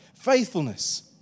Faithfulness